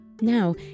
Now